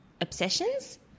obsessions